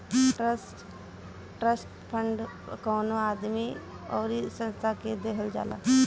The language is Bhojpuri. ट्रस्ट फंड कवनो आदमी अउरी संस्था के देहल जाला